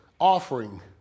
offering